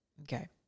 Okay